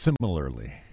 Similarly